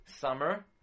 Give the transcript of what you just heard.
summer